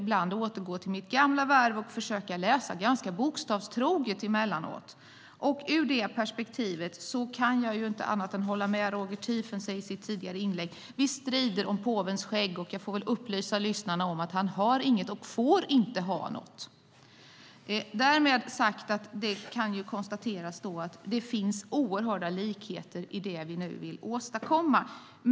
Ibland återgår jag till mitt gamla värv och försöker läsa ganska bokstavstroget. Ur det perspektivet kan jag inte annat än instämma i vad Roger Tiefensee sade i ett tidigare inlägg. Vi strider om påvens skägg. Jag får väl upplysa lyssnarna om att han inte har något skägg och inte får ha det. Därmed kan det konstateras att det finns oerhörda likheter i det vi nu vill åstadkomma.